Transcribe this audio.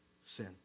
sin